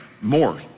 More